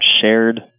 shared